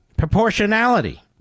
Proportionality